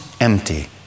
empty